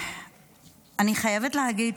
אני חייבת להגיד